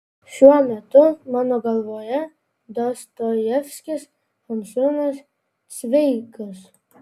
šiuo metu mano galvoje dostojevskis hamsunas cveigas